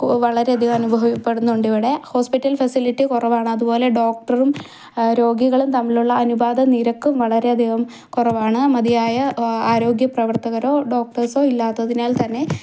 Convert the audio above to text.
വളരെയധികം അനുഭവപ്പെടുന്നുണ്ട് ഇവിടെ ഹോസ്പിറ്റൽ ഫെസിലിറ്റി കുറവാണ് അതുപോലെ ഡോക്ടറും രോഗികളും തമ്മിലുള്ള അനുപാതം നിരക്ക് വളരെയധികം കുറവാണ് മതിയായ ആരോഗ്യ പ്രവർത്തകരോ ഡോക്ടർസോ ഇല്ലാത്തതിനാൽ തന്നെ